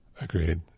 Agreed